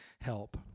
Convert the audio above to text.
help